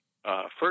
First